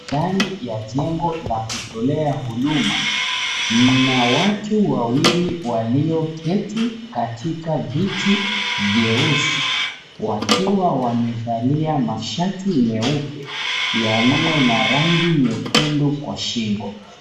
Ndani ya jengo la kutolea huduma. Mna watu wawili walioketi katika viti vyeusi, wakiwa wamevalia mashati meupe yaliyo na rangi nyekundu kwa shingo.